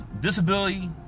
disability